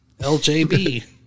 LJB